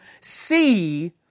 see